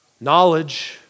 Knowledge